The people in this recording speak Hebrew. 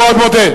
אני מאוד מודה.